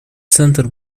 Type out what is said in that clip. центр